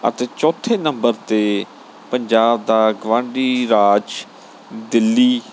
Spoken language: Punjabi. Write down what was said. ਅਤੇ ਚੌਥੇ ਨੰਬਰ 'ਤੇ ਪੰਜਾਬ ਦਾ ਗਵਾਂਢੀ ਰਾਜ ਦਿੱਲੀ